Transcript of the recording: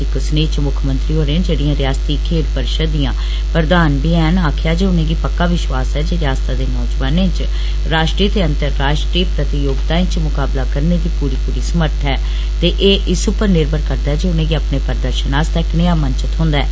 इक स्नेह च मुक्खमंत्री होरें जेह्डियां रियासती खेड्ड परिषद दियां प्रधान बी हैन आक्खेआ जे उनेंगी पक्का विश्वास ऐ जे रियास्ता दे नौजवाने च राष्ट्रीय ते अंतर्राष्ट्री प्रतियोगितायें च मुकाबला करने दी पूरी पूरी समर्थ ऐ ते एह् इस उप्पर निर्भर करदा ऐ जे उनेंगी अपने प्रदर्शन आस्तै कनेआ मंच थ्होंदा ऐं